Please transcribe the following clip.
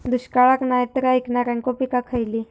दुष्काळाक नाय ऐकणार्यो पीका खयली?